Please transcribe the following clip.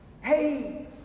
Hey